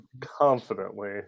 confidently